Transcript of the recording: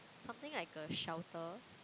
something like a shelter